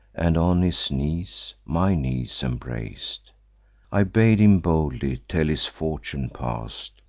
and on his knees my knees embrac'd i bade him boldly tell his fortune past,